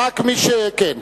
רק מי, כן.